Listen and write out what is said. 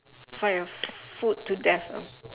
fight a food to death ah